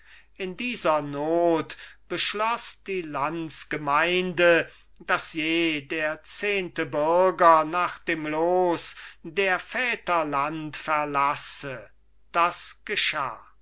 in dieser not beschloss die landsgemeinde dass jeder zehnte bürger nach dem los der väter land verlasse das geschah